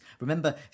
Remember